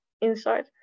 inside